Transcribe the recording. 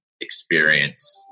experience